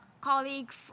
colleague